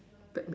fat bird